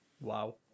wow